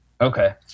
Okay